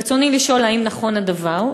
רצוני לשאול: 1. האם נכון הדבר?